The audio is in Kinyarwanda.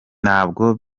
ntabwo